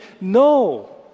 No